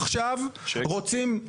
עכשיו רוצים --- שקר.